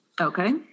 Okay